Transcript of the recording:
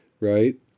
right